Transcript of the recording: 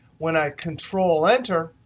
when i control enter,